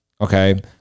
okay